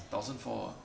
thousand four ah